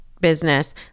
business